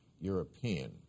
European